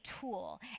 tool